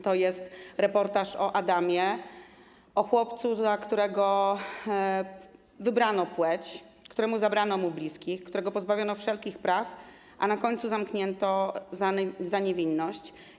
To jest reportaż o Adamie, o chłopcu, dla którego wybrano płeć, któremu zabrano bliskich, którego pozbawiono wszelkich praw, a na końcu zamknięto za niewinność.